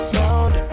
Sound